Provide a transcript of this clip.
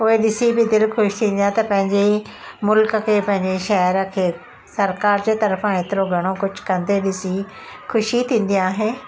उहो ॾिसी बि दिलि ख़ुशि थींदी आहे त पंहिंजे ई मुल्क खे पंहिंजे शहिर खे सरकारि जे तरफ़ा हेतिरो घणो कुझु कंदे ॾिसी ख़ुशी थींदी आहे